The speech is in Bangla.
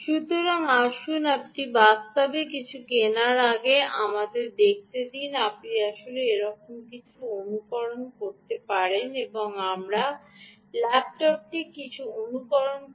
সুতরাং আসুন আপনি বাস্তবে কিছু কেনার আগে আমাদের দেখতে দিন আপনি আসলে এরকম কিছু অনুকরণ করতে পারেন এবং আমাদের ল্যাপটপটি কিছু অনুকরণ করে